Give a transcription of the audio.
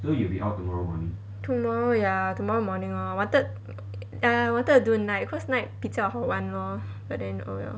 tomorrow ya tomorrow morning lor I wanted I wanted to do night cause night 比较好玩 lor but then oh well